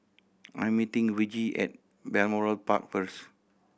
I am meeting Virgie at Balmoral Park first